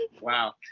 Wow